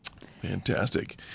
Fantastic